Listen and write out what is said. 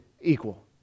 equal